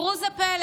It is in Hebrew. וראו זה פלא,